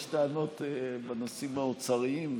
יש טענות בנושאים האוצריים,